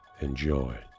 Enjoy